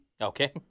Okay